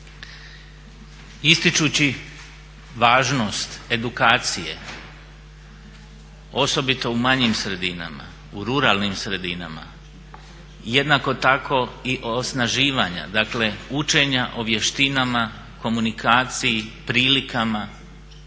Ističući važnost edukacije osobito u manjim sredinama, u ruralnim sredinama jednako tako i osnaživanja, dakle učenja o vještinama komunikaciji, prilikama